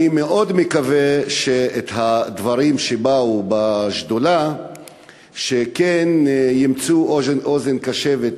אני מאוד מקווה שהדברים שהובאו לשדולה ימצאו אוזן קשבת,